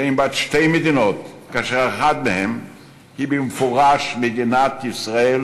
שהם בעד שתי מדינות שאחת מהן היא במפורש מדינת ישראל,